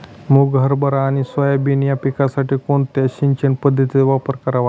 मुग, हरभरा आणि सोयाबीन या पिकासाठी कोणत्या सिंचन पद्धतीचा वापर करावा?